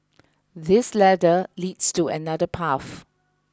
this ladder leads to another path